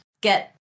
get